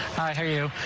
i hear you.